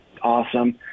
awesome